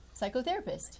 psychotherapist